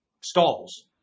stalls